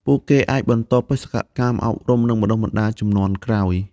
ពួកគេអាចបន្តបេសកកម្មអប់រំនិងបណ្តុះបណ្តាលជំនាន់ក្រោយ។